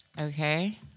Okay